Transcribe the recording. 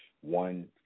one